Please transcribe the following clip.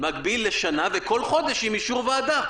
הייתי מגביל בשנה וכל חודש עם אישור ועדה.